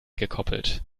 gekoppelt